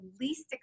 least